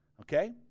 Okay